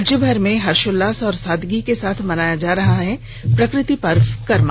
राज्य भर में हर्षोल्लास और सादगी के साथ मनाया जा रहा है प्रकृति पर्व करमा